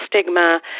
stigma